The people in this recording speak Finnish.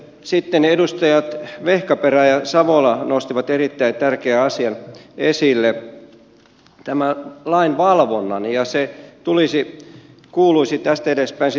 mutta edustajat vehkaperä ja savola nostivat erittäin tärkeän asian esille tämän lain valvonnan ja se kuuluisi tästä edespäin sitten työsuojeluviranomaisille